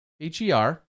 H-E-R